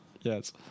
Yes